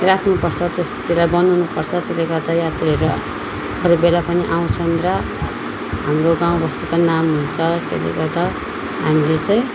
राख्नुपर्छ त्यस त्यसलाई बनाउनु पर्छ त्यसले गर्दा चाहिँ यात्रुहरू अरू बेला पनि आउँछन् र हाम्रो गाउँबस्तीको नाम हुन्छ त्यसले गर्दा हामीले चाहिँ